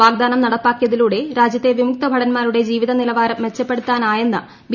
വാഗ്ദാനം നടപ്പാക്കിയതിലൂടെ രാജ്യത്തെ വിമുക്തഭടൻമാരുടെ ജീവിത നിലവാരം മെച്ചപ്പെടാത്താനായെന്ന് ബി